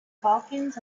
balkans